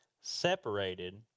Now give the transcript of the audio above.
separated